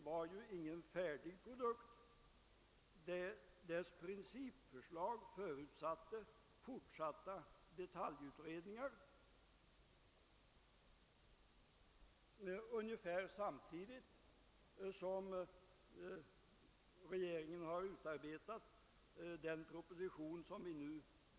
Vidare skall finnas en enhet för administrativ service. Beträffande länspolischefens expedition företas inte någon ändring nu.